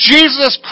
Jesus